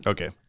Okay